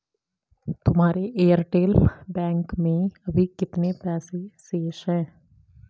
तुम्हारे Airtel bank में अभी कितने पैसे शेष हैं?